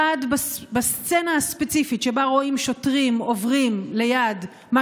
1. הסצנה הספציפית שבה רואים שוטרים עוברים ליד מה